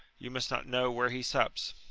you must not know where he sups.